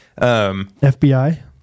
FBI